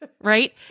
right